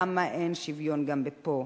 למה אין שוויון גם פה?